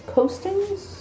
Coastings